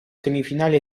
semifinali